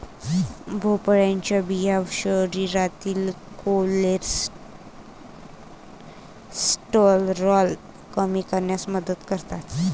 भोपळ्याच्या बिया शरीरातील कोलेस्टेरॉल कमी करण्यास मदत करतात